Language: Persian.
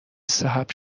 صاحب